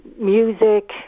music